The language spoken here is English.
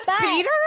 Peter